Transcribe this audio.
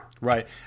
right